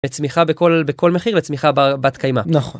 מצמיחה בכל... בכל מחיר, לצמיחה בת קיימא. -נכון.